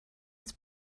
his